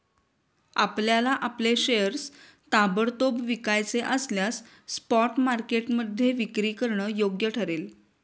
आपल्याला आपले शेअर्स ताबडतोब विकायचे असल्यास स्पॉट मार्केटमध्ये विक्री करणं योग्य ठरेल